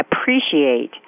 appreciate